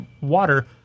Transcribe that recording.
water